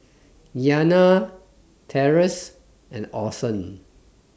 Iyanna Terence and Orson